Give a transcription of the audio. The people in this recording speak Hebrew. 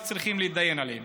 וצריכים להתדיין עליהם.